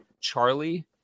Charlie